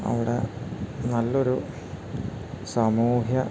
അവിടെ നല്ലൊരു സാമൂഹ്യ